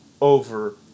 over